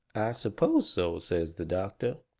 suppose so, says the doctor.